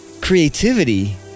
creativity